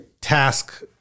task